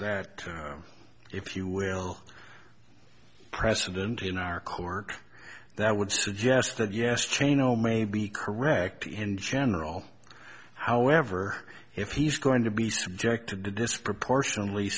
that that if you wear precedent in our cork that would suggest that yes train no may be correct in general however if he's going to be subject to disproportionately